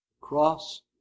cross